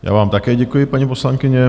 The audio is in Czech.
Já vám také děkuji, paní poslankyně.